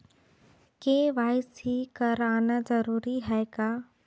KYC कराना जरूरी है का?